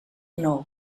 nou